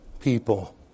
people